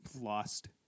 lost